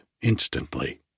instantly